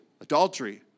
adultery